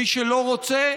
מי שלא רוצה,